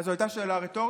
אה, זו הייתה שאלה רטורית?